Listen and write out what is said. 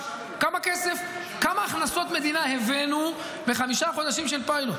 כמה הכנסות מדינה הבאנו בחמישה חודשים של פיילוט?